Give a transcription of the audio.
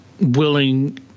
willing